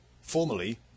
Formally